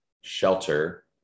Shelter